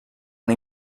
han